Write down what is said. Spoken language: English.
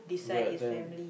ya then